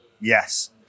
Yes